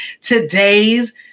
today's